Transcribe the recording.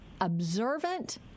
observant